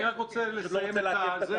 אני פשוט לא רוצה לעכב את התהליך.